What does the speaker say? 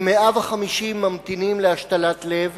כ-150 ממתינים להשתלת לב,